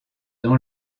dans